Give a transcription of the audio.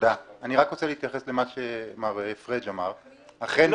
אני רק רוצה להתייחס למה שפריג' אמר --- לא,